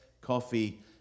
coffee